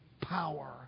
power